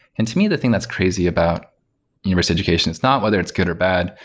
and to me, the thing that's crazy about university education is not whether it's good or bad,